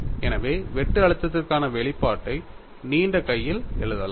எனவே வெட்டு அழுத்தத்திற்கான வெளிப்பாட்டை நீண்ட கையில் எழுதலாம்